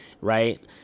right